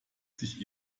sich